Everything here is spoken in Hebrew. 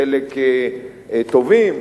חלק טובים,